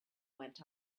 went